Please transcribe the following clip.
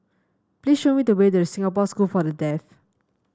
please show me the way to Singapore School for the Deaf